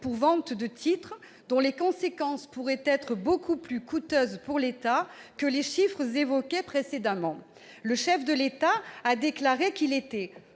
pour vente de titres, dont les conséquences pourraient être beaucoup plus coûteuses pour l'État que les chiffres évoqués précédemment. Le chef de l'État a déclaré qu'il était